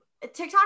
TikTok